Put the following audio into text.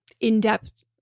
in-depth